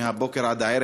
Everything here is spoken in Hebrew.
מהבוקר עד הערב,